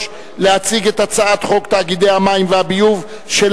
להציג את הצעת חוק תאגידי מים וביוב (תיקון,